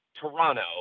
Toronto